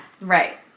Right